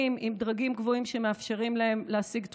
עם דרגים גבוהים שמאפשרים להם להשיג תרומות.